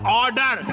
order